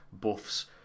buffs